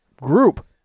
group